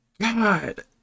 God